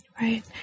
Right